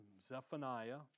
Zephaniah